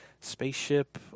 spaceship